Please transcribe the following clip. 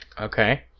Okay